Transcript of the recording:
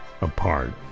apart